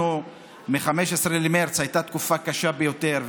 ומ-15 במרץ הייתה תקופה קשה ביותר,